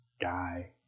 guy